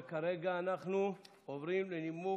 וכרגע אנחנו עוברים לנימוקים,